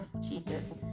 Jesus